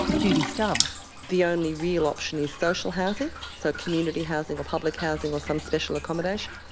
judy stubbs the only real option is social housing, so community housing or public housing or some special accommodation,